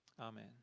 Amen